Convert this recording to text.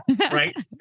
Right